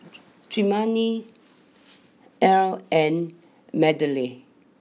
Tremayne Ely and Magdalen